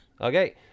Okay